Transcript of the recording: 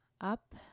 Up